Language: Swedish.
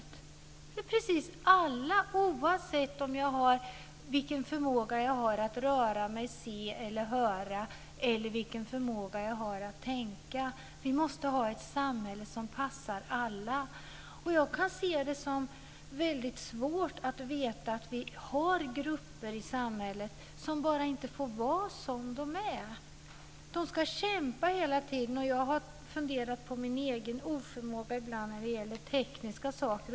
Det gäller precis alla - oavsett vilken förmåga jag har att röra mig, se eller höra och vilken förmåga jag har att tänka. Vi måste ha ett samhälle som passar alla. Jag ser det som väldigt svårt att veta att vi har grupper i samhället som bara inte får vara som de är. De ska kämpa hela tiden. Jag har funderat på min egen oförmåga ibland när det gäller tekniska saker.